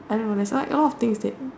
I don't know that's why a lot of things that